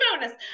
bonus